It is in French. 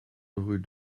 rue